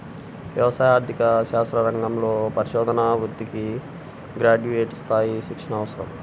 వ్యవసాయ ఆర్థిక శాస్త్ర రంగంలో పరిశోధనా వృత్తికి గ్రాడ్యుయేట్ స్థాయి శిక్షణ అవసరం